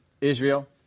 Israel